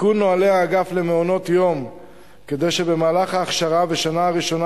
תיקון נוהלי האגף למעונות-יום כדי שבמהלך ההכשרה בשנה הראשונה